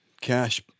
cash